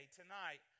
tonight